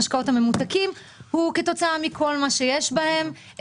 סך כל הצריכה ממשקאות ממותקים הוא 7.7 גרם.